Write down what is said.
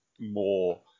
more